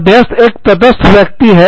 मध्यस्थ एक तटस्थ व्यक्ति है